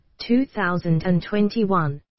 2021